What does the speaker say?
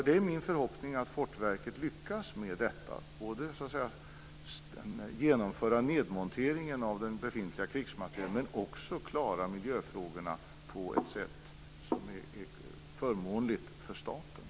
Det är min förhoppning att Fortifikationsverket lyckas med både att genomföra nedmonteringen av den befintliga krigsmaterielen och att klara miljöfrågorna på ett sätt som är förmånligt för staten.